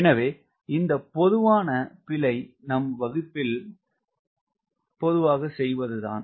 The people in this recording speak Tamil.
எனவே இந்த பொதுவான பிழை நாம் வகுப்பில் செய்வதுதான்